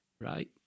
right